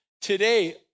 Today